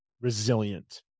resilient